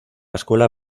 escuela